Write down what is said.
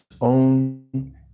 own